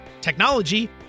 technology